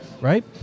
right